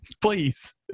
Please